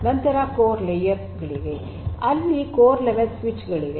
ನಂತರ core layer ಗಳಿವೆ ಅಲ್ಲಿ ಕೋರ್ ಲೆವೆಲ್ ಸ್ವಿಚ್ ಗಳಿವೆ